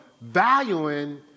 valuing